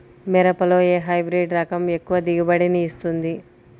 మిరపలో ఏ హైబ్రిడ్ రకం ఎక్కువ దిగుబడిని ఇస్తుంది?